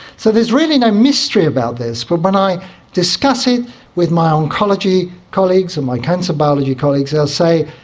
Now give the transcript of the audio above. so there's really no mystery about this, but when i discuss it with my oncology colleagues and my cancer biology colleagues they'll say,